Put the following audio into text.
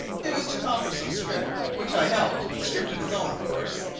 it was to call for some scrip which i held scrip of his own, of course.